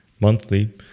monthly